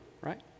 Right